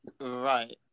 Right